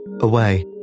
away